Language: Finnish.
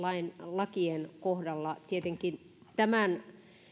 lakien kohdalla tietenkin tämän